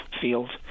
field